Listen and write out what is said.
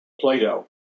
Plato